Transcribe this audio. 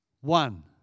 one